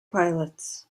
pilots